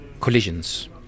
collisions